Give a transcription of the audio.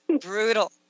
brutal